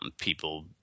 people